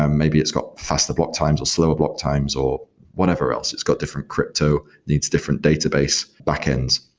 um maybe it's got faster block times or slower block times or whatever else. it's got different crypto, needs different database backends.